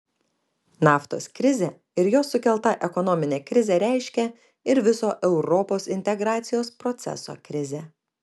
naftos krizė ir jos sukelta ekonominė krizė reiškė ir viso europos integracijos proceso krizę